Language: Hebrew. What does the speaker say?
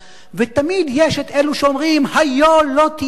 ותמיד יש את אלו שאומרים: היה לא תהיה,